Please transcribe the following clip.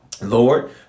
Lord